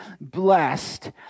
blessed